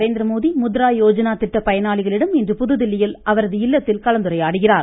நரேந்திரமோடி முத்ரா யோஜனா திட்ட பயனாளிகளிடம் இன்று புதுதில்லியில் அவரது இல்லத்தில் கலந்துரையாடுகிறார்